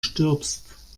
stirbst